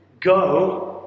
go